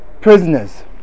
prisoners